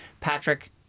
Patrick